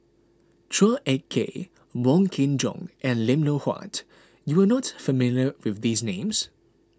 Chua Ek Kay Wong Kin Jong and Lim Loh Huat you are not familiar with these names